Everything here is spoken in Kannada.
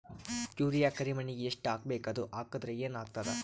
ಯೂರಿಯ ಕರಿಮಣ್ಣಿಗೆ ಎಷ್ಟ್ ಹಾಕ್ಬೇಕ್, ಅದು ಹಾಕದ್ರ ಏನ್ ಆಗ್ತಾದ?